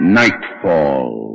nightfall